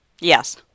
Yes